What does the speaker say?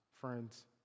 friends